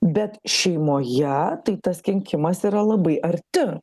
bet šeimoje tai tas kenkimas yra labai arti